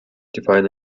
divine